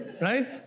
right